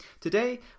Today